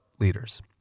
leaders